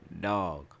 dog